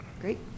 Great